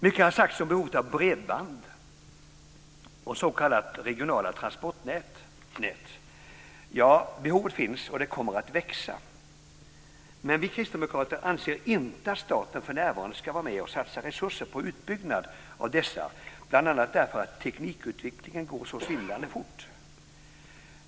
Mycket har sagts om behovet av bredband och s.k. regionala transportnät. Ja, behovet finns och det kommer att växa. Men vi kristdemokrater anser inte att staten för närvarande ska vara med och satsa resurser på utbyggnad av det här bl.a. därför att teknikutvecklingen går så svindlande fort.